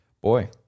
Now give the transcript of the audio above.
Boy